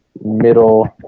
middle